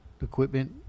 equipment